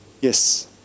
Yes